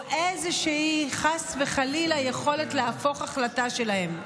או חס וחלילה איזו יכולת להפוך החלטה שלהם.